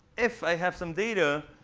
if i have some data,